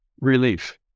Relief